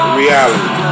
reality